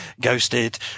ghosted